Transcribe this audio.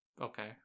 okay